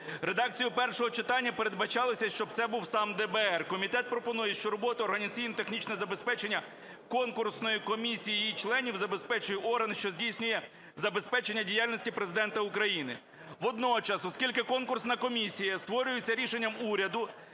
Редакцію першого читання передбачалося, щоб це був сам ДБР. Комітет пропонує, що роботу організаційно-технічного забезпечення конкурсної комісії і її членів забезпечує орган, що здійснює забезпечення діяльності Президента України. Водночас, оскільки конкурсна комісія створюється рішенням уряду,